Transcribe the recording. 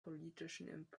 politischen